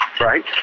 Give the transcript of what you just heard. Right